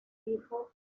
hijo